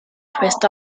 twist